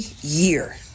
year